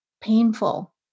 painful